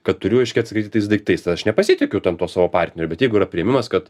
kad turiu reiškia atsikratyt tais daiktais tai aš nepasitikiu ten tuo savo partneriu bet jeigu yra priėmimas kad